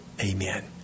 Amen